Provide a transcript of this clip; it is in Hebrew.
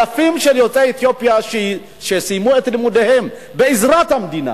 אלפים מיוצאי אתיופיה שסיימו את לימודיהם בעזרת המדינה,